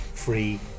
Free